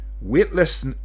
weightless